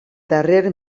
darrer